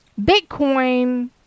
Bitcoin